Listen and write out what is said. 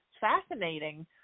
fascinating